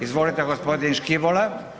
Izvolite gospodin Škibola.